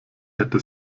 hätte